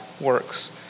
works